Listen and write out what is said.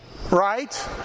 Right